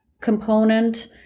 component